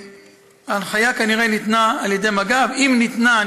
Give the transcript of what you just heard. ההנחיה כנראה ניתנה על ידי מג"ב, אם ניתנה.